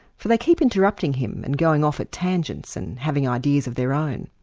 for they keep interrupting him and going off at tangents and having ideas of their own.